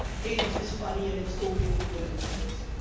hey, this is funny, and it's okay to go ahead with this?